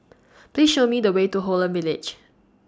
Please Show Me The Way to Holland Village